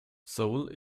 seoul